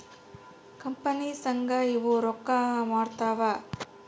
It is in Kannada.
ಕಂಪನಿ ಸಂಘ ಇವು ರೊಕ್ಕ ಮಾಡ್ತಾವ